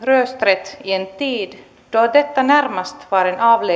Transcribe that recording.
rösträtt i en tid då detta närmast var